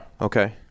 Okay